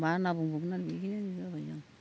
मा होनना बुंबावगोन आं बेखिनियानो जाबाय